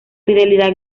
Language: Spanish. fidelidad